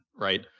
right